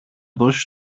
δώσει